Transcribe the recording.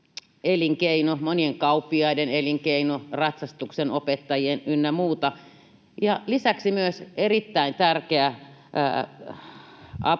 elinkeino, monien kauppiaiden, ratsastuksen opettajien elinkeino ynnä muuta ja lisäksi myös erittäin tärkeä niin